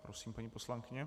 Prosím, paní poslankyně.